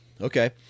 Okay